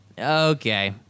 okay